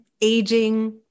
aging